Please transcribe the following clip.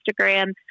Instagram